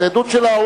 זו עדות של,